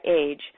age